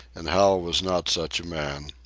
and hal was not such a man.